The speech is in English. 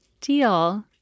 Deal